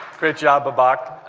great job, babak.